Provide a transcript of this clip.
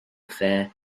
affair